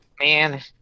Man